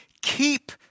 keep